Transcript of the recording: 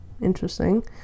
interesting